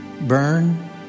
burn